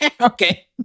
Okay